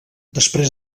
després